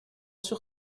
sur